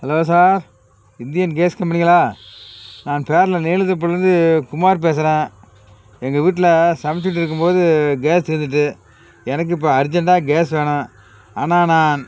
hello sir Indian gas கம்பெனிங்களா நான் பேரில் நெய்வேலி தோப்பூர்லிருந்து குமார் பேசுகிறேன் எங்கள் வீட்டில் சமைச்சிட்டு இருக்கும் போது கேஸ் தீர்ந்திட்டு எனக்கு இப்போ அர்ஜெண்ட்டாக கேஸ் வேணும் ஆனால் நான்